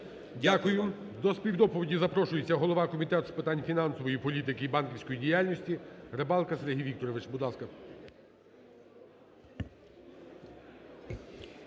Дякую. До співдоповіді запрошується голова Комітету з питань фінансової політики і банківської діяльності Рибалка Сергій Вікторович. Будь ласка.